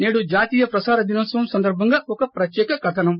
సేడు జాతీయ ప్రసార దినోత్సవం సందర్భంగా ఒక ప్రత్యేక కథనం